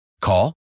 Call